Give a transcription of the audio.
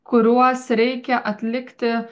kuriuos reikia atlikti